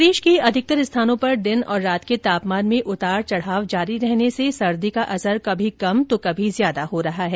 प्रदेश के अधिकतर स्थानों पर दिन और रात के तापमान में उतार चढ़ाव जारी रहने से सर्दी का असर कभी कम तो कभी ज्यादा हो रहा है